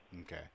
okay